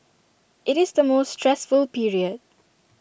IT is the most stressful period